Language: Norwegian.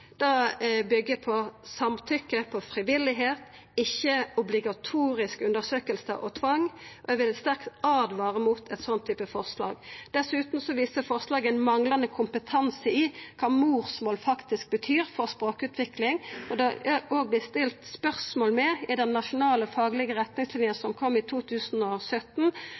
på samtykkje og frivilligheit, ikkje på obligatoriske undersøkingar og tvang. Eg vil sterkt åtvara mot eit slikt forslag. Dessutan viser forslaget ein manglande kompetanse i kva morsmål faktisk betyr for språkutvikling. I den nasjonale faglege rettleiinga som kom i 2017, vart det òg stilt spørsmål ved om det var rett å testa norskkunnskapane ved fireårskontrollar i